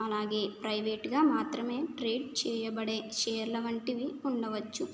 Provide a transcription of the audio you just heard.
అలాగే ప్రైవేట్గా మాత్రమే ట్రేడ్ చేయబడే షేర్ల వంటివి ఉండవచ్చు